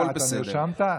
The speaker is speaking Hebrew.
הכול בסדר.